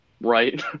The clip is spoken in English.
right